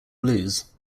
blues